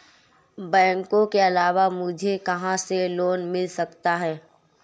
बैंकों के अलावा मुझे कहां से लोंन मिल सकता है?